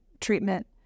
treatment